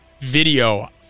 video